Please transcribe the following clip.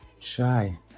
try